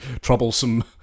troublesome